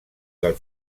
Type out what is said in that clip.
del